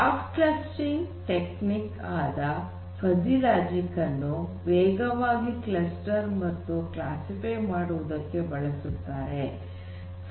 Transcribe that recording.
soft clustering technique ಆದ fuzzy logic ಅನ್ನು ವೇಗವಾಗಿ ಕ್ಲಸ್ಟರ್ ಮತ್ತು ಕ್ಲಾಸಿಫೈ ಮಾಡುವುದಕ್ಕೆ ಬಳಸುತ್ತಾರೆ